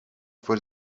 voor